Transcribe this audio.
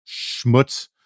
schmutz